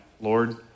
Lord